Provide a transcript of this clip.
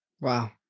Wow